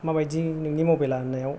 माबादि नोंनि मबाइला होननायाव